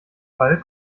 fall